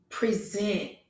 Present